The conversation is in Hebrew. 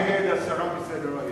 נגד, הסרה מסדר-היום.